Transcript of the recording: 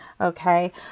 okay